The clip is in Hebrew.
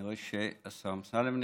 אני רואה שהשר אמסלם נכנס.